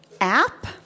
app